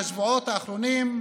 מהשבועות האחרונים,